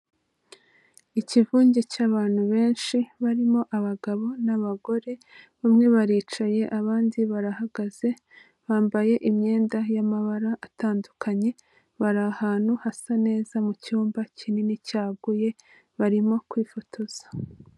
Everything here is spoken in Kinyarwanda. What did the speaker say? Ikivunge cy'abantu benshi barimo abagabo n'abagore bamwe baricaye abandi barahagaze bambaye imyenda y'amabara atandukanye, bari ahantu hasa neza mu cyumba kinini cyaguye barimo kwifotoza.